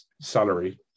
salary